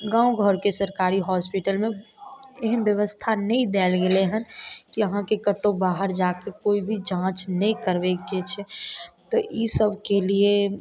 गाँव घरके सरकारी हॉस्पिटलमे एहन ब्यवस्था नहि देल गेलै हन कि आहाँके कतौ बाहर जाय कऽ कोइ भी जाँच नहि करबैके छै तऽ इसब केलिए